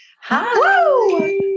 Hi